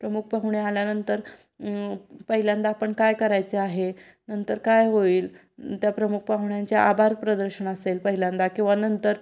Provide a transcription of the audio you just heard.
प्रमुख पाहुणे आल्यानंतर पहिल्यांदा आपण काय करायचे आहे नंतर काय होईल त्या प्रमुख पाहुण्यांचे आभार प्रदर्शन असेल पहिल्यांदा किंवा नंतर